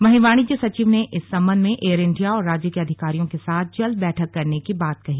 वहीं वाणिज्य सचिव ने इस सम्बन्ध में एअर इण्डिया और राज्य के अधिकारियों के साथ जल्द बैठक करने की बात कही